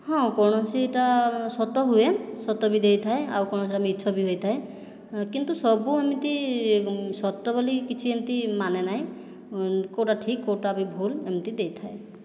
ହଁ କୌଣସିଟା ସତ ହୁଏ ସତ ବି ଦେଇଥାଏ ଆଉ କୌଣସିଟା ମିଛ ବି ହୋଇଥାଏ କିନ୍ତୁ ସବୁ ଏମିତି ସତ ବୋଲି କିଛି ଏମିତି ମାନେ ନାହିଁ କେଉଁଟା ଠିକ କେଉଁଟା ବି ଭୁଲ ଏମିତି ଦେଇଥାଏ